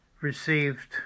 received